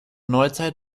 neuzeit